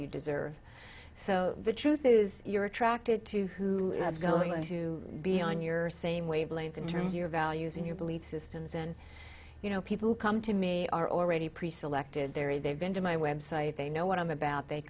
you deserve so the truth is you're attracted to who is going to be on your same wavelength in terms of your values and your belief systems and you know people who come to me are already pre selected there and they've been to my website they know what i'm about they